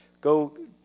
go